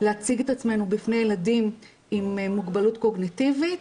להציג את עצמנו בפני הילדים עם מוגבלות קוגניטיבית,